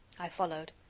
i followed.